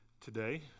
Today